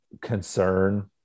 concern